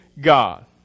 God